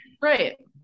right